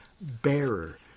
bearer